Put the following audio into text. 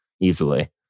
easily